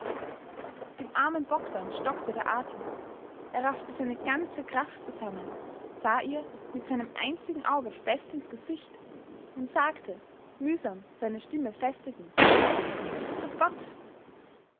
dem armen bogdn stockte der atem er raffte seine ganze kraft zusammen sah ihr mit seinem einzigen auge fest ins gesicht und sagte mühsam seine stimme festigend grüß gott